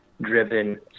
driven